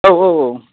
औ औ औ